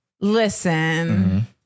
listen